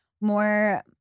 more